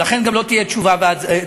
ולכן גם לא תהיה תשובה והצבעה?